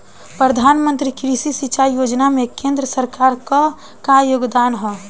प्रधानमंत्री कृषि सिंचाई योजना में केंद्र सरकार क का योगदान ह?